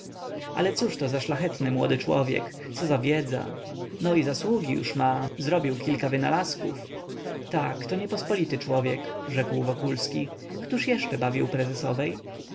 ale cóżto za szlachetny młody człowiek co za wiedza no i zasługi już ma zrobił kilka wynalazków tak to niepospolity człowiek rzekł wokulski któż jeszcze bawi u prezesowej